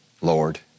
Lord